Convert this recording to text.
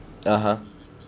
(uh huh)